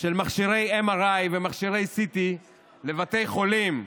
של מכשירי MRI ומכשירי CT לבתי חולים,